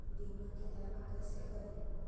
बीमा के दावा कैसे करी?